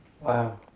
Wow